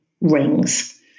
rings